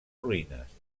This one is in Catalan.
ruïnes